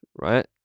right